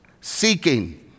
seeking